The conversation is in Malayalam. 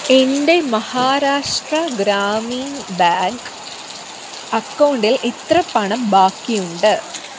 എൻ്റെ മഹാരാഷ്ട്ര ഗ്രാമീൺ ബാങ്ക് അക്കൗണ്ടിൽ എത്ര പണം ബാക്കിയുണ്ട്